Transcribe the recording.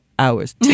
hours